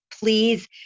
Please